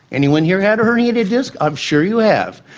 anyone here had a herniated disc? i'm sure you have.